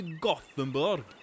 Gothenburg